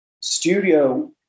studio